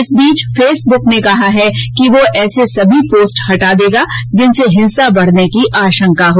इस बीच फेसबुक ने कहा है कि वह ऐसे सभी पोस्ट हटा देगा जिनसे हिंसा बढ़ने की आशंका हो